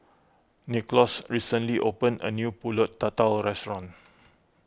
Nicklaus recently opened a new Pulut Tatal restaurant